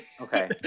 okay